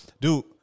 Dude